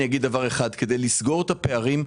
כדי לסגור את הפערים,